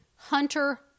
Hunter